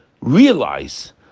realize